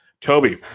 Toby